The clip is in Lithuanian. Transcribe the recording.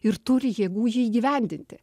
ir turi jėgų jį įgyvendinti